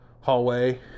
Hallway